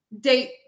date